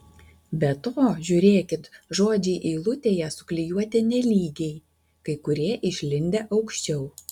be to žiūrėkit žodžiai eilutėje suklijuoti nelygiai kai kurie išlindę aukščiau